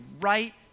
right